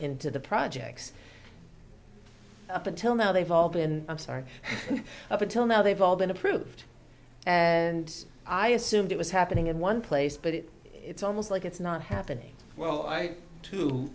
into the projects up until now they've all been i'm sorry up until now they've all been approved and i assumed it was happening in one place but it it's almost like it's not happening well i too